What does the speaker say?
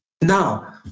Now